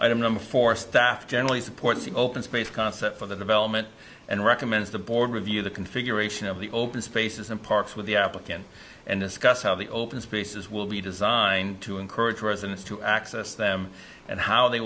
i don't number for staff generally supports the open space concept for the development and recommends the board review the configuration of the open spaces and parks with the applicant and discuss how the open spaces will be designed to encourage residents to access them and how they